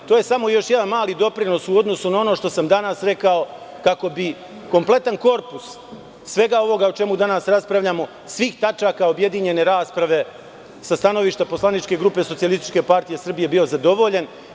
Ovo je samo još jedan mali doprinos u odnosu na ono što sam danas rekao kako bi kompletan korpus svega ovoga o čemu danas raspravljamo, svih tačaka objedinjene rasprave, sa stanovišta poslaničke grupe SPS bio zadovoljen.